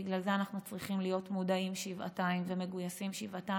ובגלל זה אנחנו צריכים להיות מודעים שבעתיים ומגויסים שבעתיים.